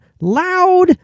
loud